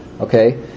okay